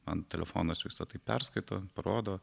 man telefonas visa tai perskaito parodo